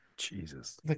Jesus